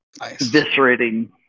eviscerating